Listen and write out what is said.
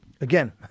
Again